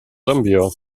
sambia